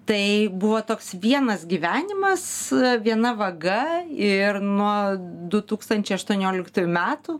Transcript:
tai buvo toks vienas gyvenimas viena vaga ir nuo du tūkstančiai aštuonioliktųjų metų